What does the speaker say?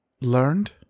learned